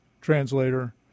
translator